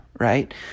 right